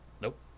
Nope